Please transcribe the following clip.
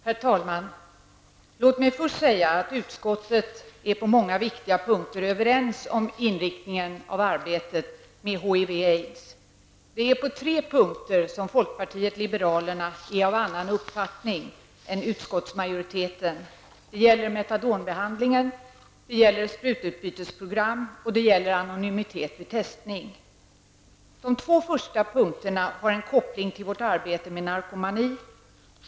Herr talman! Först vill jag säga att vi i utskottet på många viktiga punkter är överens om inriktningen av arbetet med HIV/aids. På tre punkter är folkpartiet liberalerna dock av en annan uppfattning än utskottsmajoriteten. Det gäller då för det första metadonbehandlingen, för det andra sprututbytesprogram och för det tredje anonymitet vid testning. Beträffande de två första punkterna finns det en koppling till vårt arbete med narkomani.